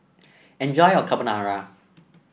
enjoy your Carbonara